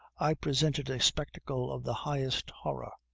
i presented a spectacle of the highest horror.